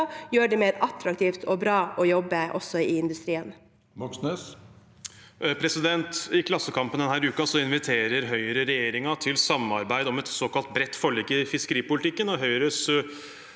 gjør det mer attraktivt og bra å jobbe også i industrien.